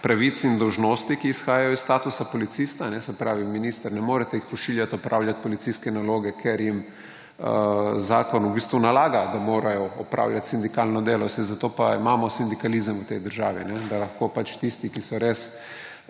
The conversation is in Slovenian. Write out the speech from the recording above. pravic in dolžnosti, ki izhajajo iz statusa policista. Se pravi, minister, ne morete jih pošiljati opravljat policijske naloge, ker jim zakon nalaga, da morajo opravljati sindikalno delo, saj zato pa imamo sindikalizem v tej državi, da lahko pač tisti, ki so res